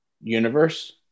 universe